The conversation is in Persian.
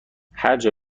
هرجا